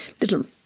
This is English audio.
little